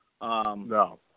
No